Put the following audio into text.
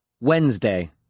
Wednesday